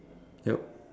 yup